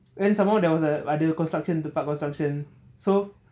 then some more ada construction tempat construction so